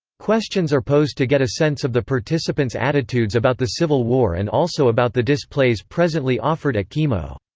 questions are posed to get a sense of the participants' attitudes about the civil war and also about the displays presently offered at kemo.